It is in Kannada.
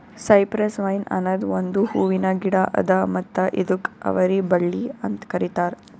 ಸೈಪ್ರೆಸ್ ವೈನ್ ಅನದ್ ಒಂದು ಹೂವಿನ ಗಿಡ ಅದಾ ಮತ್ತ ಇದುಕ್ ಅವರಿ ಬಳ್ಳಿ ಅಂತ್ ಕರಿತಾರ್